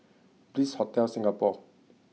Bliss Hotel Singapore